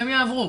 שהם יעברו